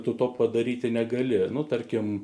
tu to padaryti negali nu tarkim